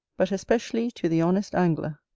but especially to the honest angler